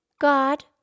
God